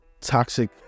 toxic